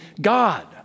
God